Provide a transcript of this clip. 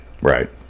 Right